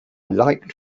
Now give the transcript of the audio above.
liked